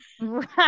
right